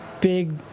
Big